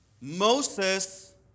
Moses